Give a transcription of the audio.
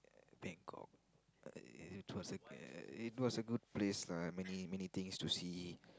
Bangkok it was a it was a good place lah many many things to see